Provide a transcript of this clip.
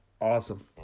Awesome